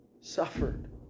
suffered